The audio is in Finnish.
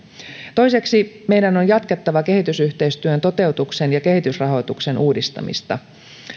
toiseksi meidän on jatkettava kehitysyhteistyön toteutuksen ja kehitysrahoituksen uudistamista